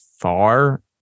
far